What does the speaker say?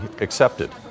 accepted